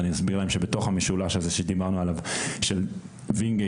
ואני מסביר להם שבתוך המשולש הזה שדיברנו עליו של וינגייט,